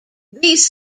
these